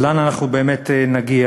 אז לאן אנחנו באמת נגיע.